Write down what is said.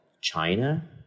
China